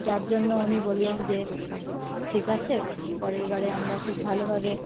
যার জন্য উনি বললেন যে ঠিক আছে পরের বারে আমরা খুব ভালোভাবে